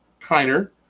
Kiner